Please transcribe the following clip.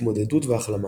התמודדות והחלמה